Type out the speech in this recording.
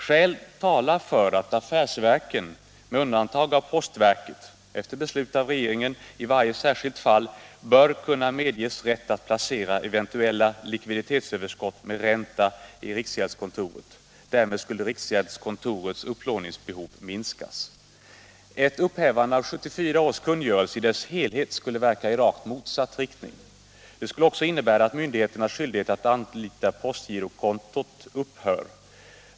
Skäl talar för att affärsverken, med undantag för postverket, efter beslut av regeringen i varje särskilt fall, bör kunna medges rätt att placera eventuella likviditetsöverskott med ränta i riksgäldskontoret. Därmed skulle riksgäldskontorets upplåningsbehov minskas. rakt motsatt riktning. Det skulle också innebära att myndigheternas skyldighet att anlita postgirokontot upphör.